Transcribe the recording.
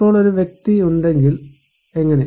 ഇപ്പോൾ ഒരു വ്യക്തി ഉണ്ടെങ്കിൽ എങ്ങനെ